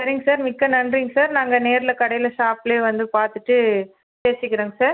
சரிங்க சார் மிக்க நன்றிங்க சார் நாங்கள் நேரில் கடையில் ஷாப்ல வந்து பார்த்துட்டு பேசிக்கிறோங்க சார்